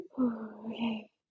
Okay